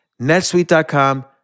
netsuite.com